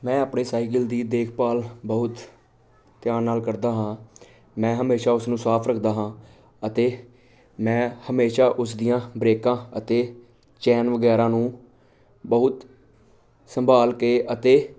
ਮੈਂ ਆਪਣੀ ਸਾਈਕਲ ਦੀ ਦੇਖਭਾਲ ਬਹੁਤ ਧਿਆਨ ਨਾਲ ਕਰਦਾ ਹਾਂ ਮੈਂ ਹਮੇਸ਼ਾ ਉਸ ਨੂੰ ਸਾਫ਼ ਰੱਖਦਾ ਹਾਂ ਅਤੇ ਮੈਂ ਹਮੇਸ਼ਾਂ ਉਸਦੀਆਂ ਬਰੇਕਾਂ ਅਤੇ ਚੈਨ ਵਗੈਰਾ ਨੂੰ ਬਹੁਤ ਸੰਭਾਲ ਕੇ ਅਤੇ